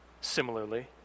similarly